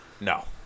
no